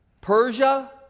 Persia